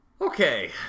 Okay